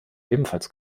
ebenfalls